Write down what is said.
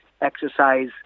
exercise